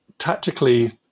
tactically